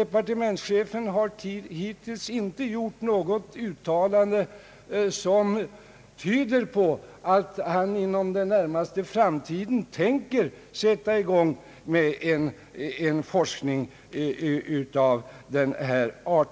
Departementschefen har hittills inte gjort något uttalande som tyder på att han inom den närmaste framtiden tänker sätta i gång med en forskning av denna art.